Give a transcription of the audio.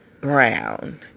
Brown